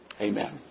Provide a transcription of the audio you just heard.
Amen